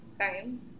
time